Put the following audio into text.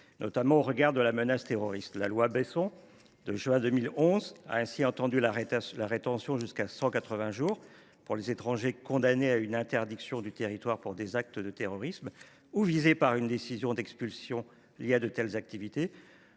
notamment au regard de la menace terroriste. La loi Besson du 16 juin 2011 a ainsi étendu la durée maximale de rétention jusqu’à 180 jours pour les étrangers condamnés à une peine d’interdiction du territoire pour des actes de terrorisme ou visés par une décision d’expulsion justifiée par de telles activités.